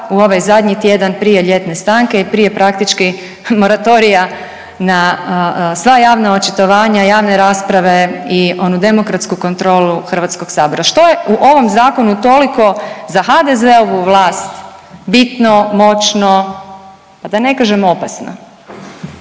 u ovaj zadnji tjedan prije ljetne stanke i prije praktički moratorija na sva javna očitovanja, javne rasprave i onu demokratsku kontrolu HS-a. Što je u ovom Zakonu toliko za HDZ-ovu vlast bitno, moćno, a da ne kažem opasno.